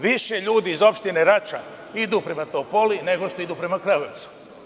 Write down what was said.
Više ljudi iz opštine Rača idu prema Topoli, nego što idu prema Kragujevcu.